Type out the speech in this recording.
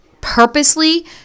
purposely